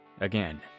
Again